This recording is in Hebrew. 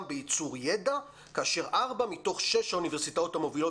בייצור ידע כאשר ארבע מתוך שש האוניברסיטאות המובילות